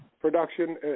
production